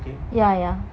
ya ya